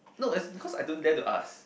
no as because I don't dare to ask